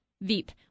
Veep